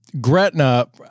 Gretna